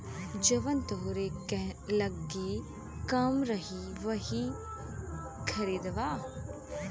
जवन तोहरे लग्गे कम रही वही खरीदबा